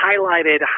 highlighted